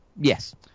Yes